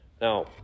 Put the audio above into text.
now